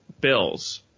Bills